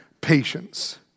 patience